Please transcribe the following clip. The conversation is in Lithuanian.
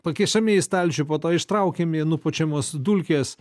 pakišami į stalčių po to ištraukiami nupučiamos dulkės